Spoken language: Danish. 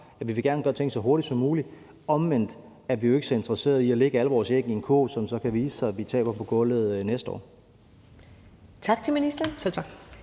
vi vil gerne gøre tingene så hurtigt som muligt; omvendt er vi jo ikke så interesseret i at lægge alle vores æg i en kurv, som det så kan vise sig at vi taber på gulvet næste år. Kl. 14:01 Første næstformand